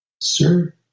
sir